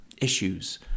issues